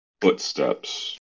footsteps